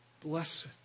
Blessed